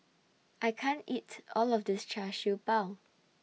I can't eat All of This Char Siew Bao